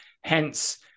Hence